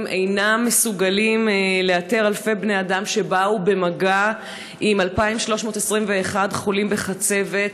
אינם מסוגלים לאתר אלפי בני אדם שבאו במגע עם 2,321 חולים בחצבת.